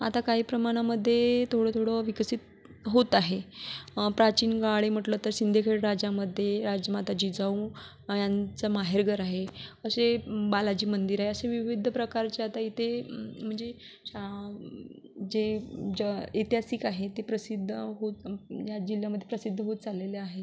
आता काही प्रमाणामध्ये थोडंथोडं विकसित होत आहे प्राचीन काळी म्हटलं तर सिंदखेड राजामध्ये राजमाता जिजाऊ यांचं माहेरघर आहे असे बालाजी मंदिर आहे असे विविध प्रकारच्या आता इथे म्हणजे जे ज्य ऐतिहासिक आहे ती प्रसिद्ध होत या जिल्ह्यामध्ये प्रसिद्ध होत चाललेले आहे